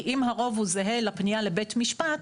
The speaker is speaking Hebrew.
כי אם הרוב הוא זהה לפנייה לבית המשפט,